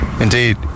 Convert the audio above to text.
indeed